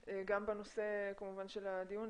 גם בנושא של הדיון,